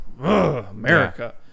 America